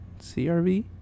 CRV